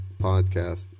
Podcast